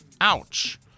Ouch